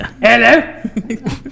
Hello